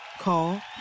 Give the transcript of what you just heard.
Call